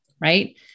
right